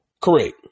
correct